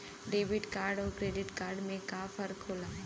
Debit card अउर credit card में का फर्क होला?